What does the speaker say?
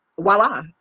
voila